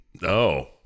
no